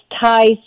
ties